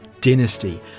dynasty